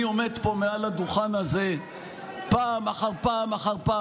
אני עומד פה מעל הדוכן הזה פעם אחר פעם,